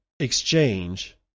Exchange